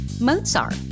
Mozart